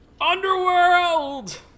Underworld